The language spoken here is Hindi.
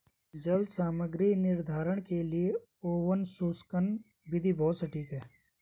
जल सामग्री निर्धारण के लिए ओवन शुष्कन विधि बहुत सटीक है